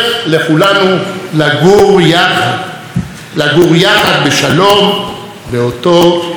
לגור יחד בשלום באותו הבית גם תוך חילוקי דעות.